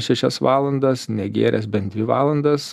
šešias valandas negėręs bent dvi valandas